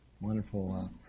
wonderful